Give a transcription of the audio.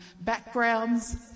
backgrounds